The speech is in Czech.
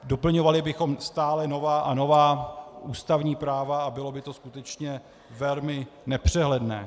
Doplňovali bychom stále nová a nová ústavní práva a bylo by to skutečně velmi nepřehledné.